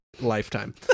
lifetime